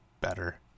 better